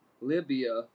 Libya